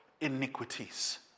iniquities